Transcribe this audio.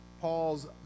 Paul's